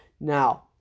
Now